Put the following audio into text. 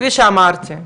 כפי שאמרתי,